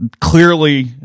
Clearly